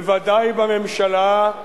בוודאי בממשלה,